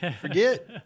forget